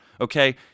okay